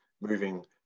moving